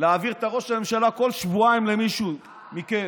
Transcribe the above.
להעביר את ראש הממשלה בכל שבועיים למישהו מכם.